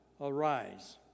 arise